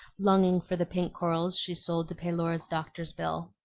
longing for the pink corals she sold to pay laura's doctor's bill.